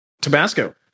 Tabasco